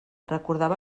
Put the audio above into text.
recordava